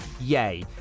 yay